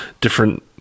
different